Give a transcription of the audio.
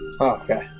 Okay